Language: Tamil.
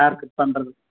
ஹேர் கட் பண்றது